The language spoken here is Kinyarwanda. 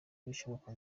ibishoboka